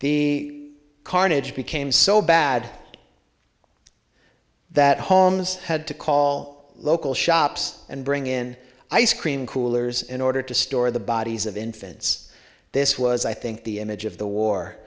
the carnage became so bad that holmes had to call local shops and bring in ice cream coolers in order to store the bodies of infants this was i think the image of the war